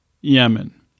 Yemen